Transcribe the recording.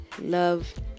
love